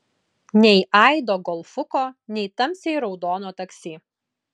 nei aido golfuko nei tamsiai raudono taksi